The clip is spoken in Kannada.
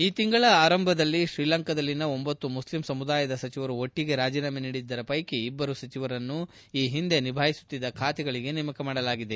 ಈ ತಿಂಗಳ ಆರಂಭದಲ್ಲಿ ಶ್ರೀಲಂಕಾದಲ್ಲಿನ ಒಂಬತ್ತು ಮುಸ್ಲಿಂ ಸಮುದಾಯದ ಸಚಿವರು ಒಟ್ಟಿಗೆ ರಾಜೀನಾಮೆ ನೀಡಿದ್ದರ ಪೈಕಿ ಇಬ್ಬರು ಸಚಿವರನ್ನು ಈ ಹಿಂದೆ ನಿಭಾಯಿಸುತ್ತಿದ್ದ ಖಾತೆಗಳಿಗೆ ನೇಮಕ ಮಾಡಲಾಗಿದೆ